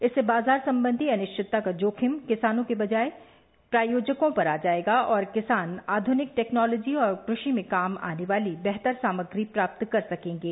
इससे बाजार संबंधी अनिश्चितता का जोखिम किसानों की बजाय प्रायोजकों पर आ जाएगा और किसान आधुनिक टेक्नोलॉजी और कृषि में काम आने वाली बेहतर सामग्री प्राप्त कर सकेंगे